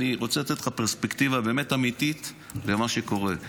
אני רוצה לתת לך פרספקטיבה אמיתית למה שקורה.